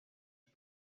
ich